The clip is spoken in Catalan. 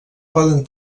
poden